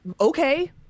Okay